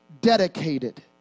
dedicated